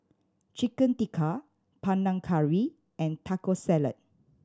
Chicken Tikka Panang Curry and Taco Salad